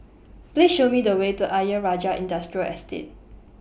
Please Show Me The Way to Ayer Rajah Industrial Estate